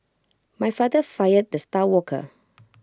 my father fired the star worker